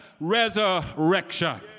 resurrection